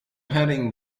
heading